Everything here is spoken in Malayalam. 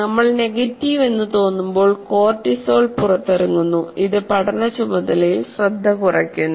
നമ്മൾക്ക് നെഗറ്റീവ് എന്ന് തോന്നുമ്പോൾ കോർട്ടിസോൾ പുറത്തിറങ്ങുന്നു ഇത് പഠന ചുമതലയിൽ ശ്രദ്ധ കുറയ്ക്കുന്നു